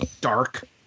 dark